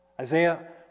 Isaiah